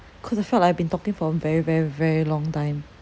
cause I felt like I have been talking for a very very very long time